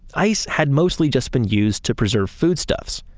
ice had mostly just been used to preserve foodstuffs.